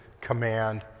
command